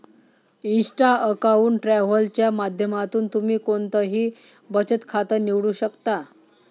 Insta account travel च्या माध्यमातून तुम्ही कोणतंही बचत खातं निवडू शकता